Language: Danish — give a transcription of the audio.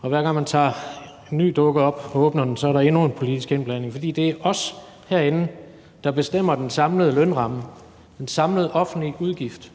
Og hver gang man tager en ny dukke op og åbner den, er der endnu en politisk indblanding, for det er os herinde, der bestemmer den samlede lønramme, den samlede offentlig udgift.